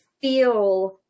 feel